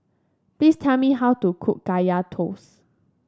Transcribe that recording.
please tell me how to cook Kaya Toast